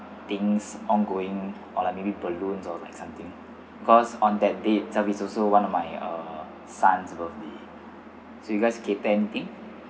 things ongoing or like maybe balloons or like something cause on that day itself is also one of my uh son's birthday so you guys cater anything